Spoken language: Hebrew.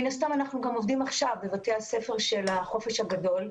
מן הסתם אנחנו גם עובדים עכשיו בבתי הספר של החופש הגדול,